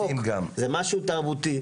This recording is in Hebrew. זה משהו עמוק, זה משהו תרבותי.